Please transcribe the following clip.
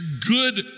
good